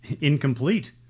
incomplete